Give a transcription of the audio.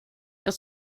jag